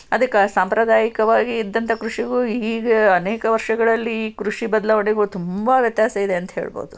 ಅದಕ್ಕೆ ಸಾಂಪ್ರದಾಯಿಕವಾಗಿ ಇದ್ದಂಥ ಕೃಷಿಗೂ ಈಗ ಅನೇಕ ವರ್ಷಗಳಲ್ಲಿ ಕೃಷಿ ಬದಲಾವಣೆಗೂ ತುಂಬ ವ್ಯತ್ಯಾಸ ಇದೆ ಅಂತ ಹೇಳಬಹುದು